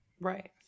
Right